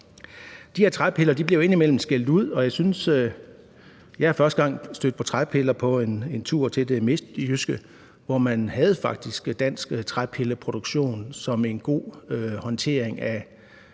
De her træpiller bliver jo indimellem skældt ud. Jeg stødte første gang på træpiller på en tur til det midtjyske, hvor man faktisk havde dansk træpilleproduktion som en god håndtering af